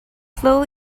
flow